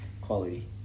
quality